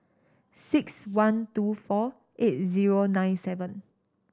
six one two four eight zero nine seven